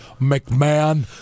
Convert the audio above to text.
McMahon